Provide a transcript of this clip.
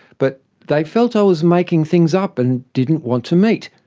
but they felt i was making things up and didn't want to meet.